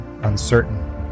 uncertain